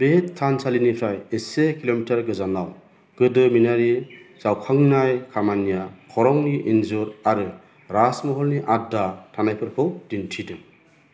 बे थानसालिनिफ्राय इसे किल'मिटार गोजानाव गोदोमिनारि जावखांनाय खामानिया खरंनि इन्जुर आरो राजमहलनि आद्रा थानायफोरखौ दिन्थिदों